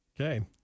Okay